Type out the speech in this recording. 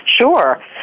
Sure